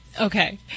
Okay